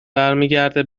برمیگرده